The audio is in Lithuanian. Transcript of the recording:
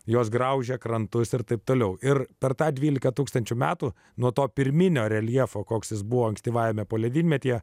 jos graužia krantus ir taip toliau ir per tą dvylika tūkstančių metų nuo to pirminio reljefo koks jis buvo ankstyvajame poledynmetyje